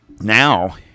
Now